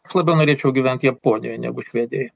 aš labiau norėčiau gyvent japonijoj negu švedijoj